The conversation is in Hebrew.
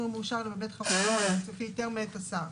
מאושר אלא בבית חרושת ולפי היתר מאת השר.